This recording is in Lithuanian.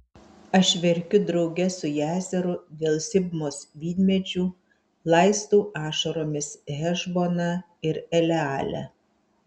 aš verkiu drauge su jazeru dėl sibmos vynmedžių laistau ašaromis hešboną ir elealę